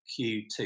Q2